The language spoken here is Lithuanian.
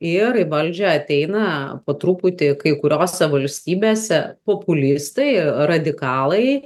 ir į valdžią ateina po truputį kai kuriose valstybėse populistai radikalai